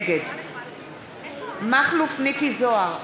נגד מכלוף מיקי זוהר,